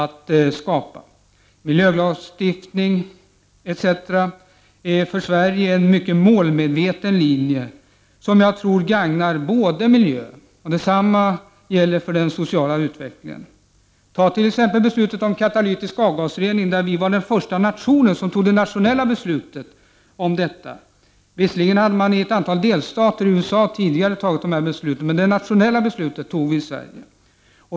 I fråga om miljölagstiftningen driver Sverige en mycket målmedveten linje som gagnar både miljön och den sociala utvecklingen. Sverige var t.ex. först med att fatta ett nationellt beslut om katalytisk avgasrening. Visserligen hade ett antal delstater i USA tidigare fattat sådana beslut, men det första nationella beslutet tog vi i Sverige.